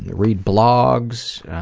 read blogs,